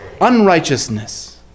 unrighteousness